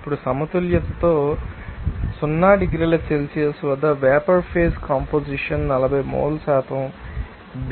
ఇప్పుడు సమతుల్యతలో 0 డిగ్రీల సెల్సియస్ వద్ద వేపర్ ఫేజ్ కంపొజిషన్ ను 40 మోల్ శాతం